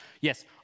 yes